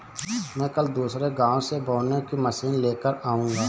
मैं कल दूसरे गांव से बोने की मशीन लेकर आऊंगा